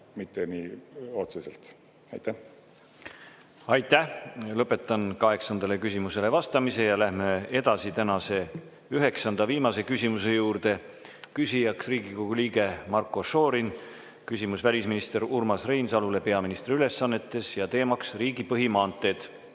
vastamise. Aitäh! Lõpetan kaheksandale küsimusele vastamise. Lähme edasi tänase üheksanda ehk viimase küsimuse juurde. Küsijaks on Riigikogu liige Marko Šorin, küsimus on välisminister Urmas Reinsalule peaministri ülesannetes. Teemaks on riigi põhimaanteed.